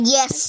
Yes